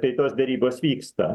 tai tos derybos vyksta